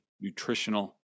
nutritional